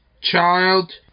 child